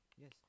yes